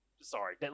Sorry